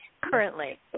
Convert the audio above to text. currently